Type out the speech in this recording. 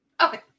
okay